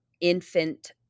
infant